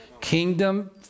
Kingdom